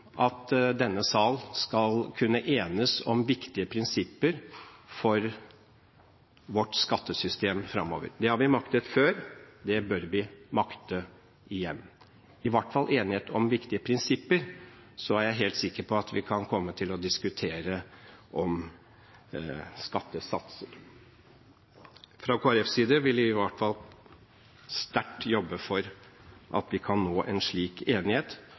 at denne sal skal kunne enes om viktige prinsipper for vårt skattesystem fremover. Det har vi maktet før, det bør vi makte igjen – i hvert fall enighet om viktige prinsipper. Så er jeg helt sikker på at vi kan komme til å diskutere skattesatser. Fra Kristelig Folkepartis side vil vi i hvert fall sterkt jobbe for at vi kan nå en slik enighet,